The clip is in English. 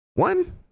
One